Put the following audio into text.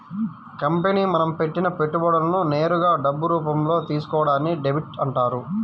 company మనం పెట్టిన పెట్టుబడులను నేరుగా డబ్బు రూపంలో తీసుకోవడాన్ని డెబ్ట్ అంటారు